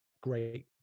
great